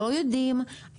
לא יודעים,